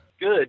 Good